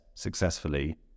successfully